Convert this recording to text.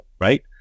Right